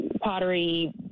pottery